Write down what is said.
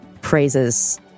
praises